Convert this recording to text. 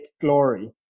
glory